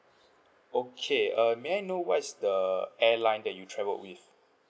okay uh may I know what is the airline that you travelled with